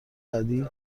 زدی